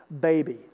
baby